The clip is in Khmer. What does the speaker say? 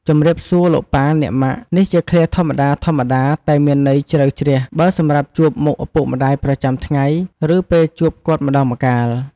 ជំរាបសួរលោកប៉ា អ្នកម៉ាក់! នេះជាឃ្លាធម្មតាៗតែមានន័យជ្រៅជ្រះ ប្រើសម្រាប់ជួបមុខឪពុកម្ដាយប្រចាំថ្ងៃ ឬពេលជួបគាត់ម្ដងម្កាល។